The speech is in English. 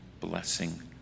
blessing